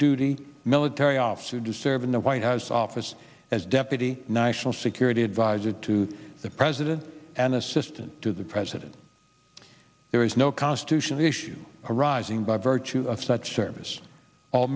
duty military officer to serve in the white house office as deputy national security adviser to the president an assistant to the president there is no constitutional issue arising by virtue of such service all